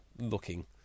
looking